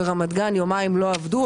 ברמת גן יומיים לא עבדו.